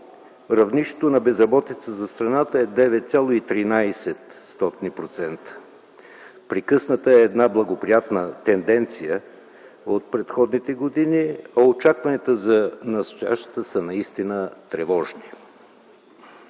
равнището на безработицата за страната е 9,13%. Прекъсната е една благоприятна тенденция от предходните години, а очакванията за настоящата са наистина тревожни.